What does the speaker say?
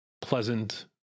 pleasant